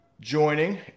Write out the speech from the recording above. joining